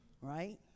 right